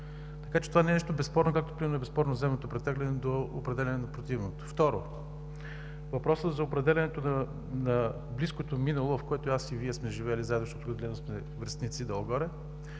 Така че, това не е нещо безспорно, както например е безспорно земното притегляне до определяне на противното. Второ, въпросът за определянето на близкото минало, в което аз и Вие сме живели заедно, защото тук гледам, че сме връстници долу-горе,